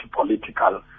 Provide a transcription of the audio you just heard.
political